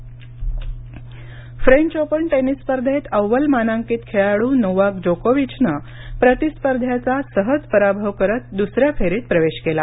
French open French open tennis स्पर्धेत अव्वल मानांकित खेळाडू नोवाक जोकोविचनं प्रतिस्पर्ध्याचा सहज पराभव करत दुसऱ्या फेरीत प्रवेश केला